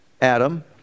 Adam